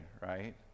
right